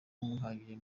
yahamirije